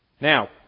Now